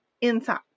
inside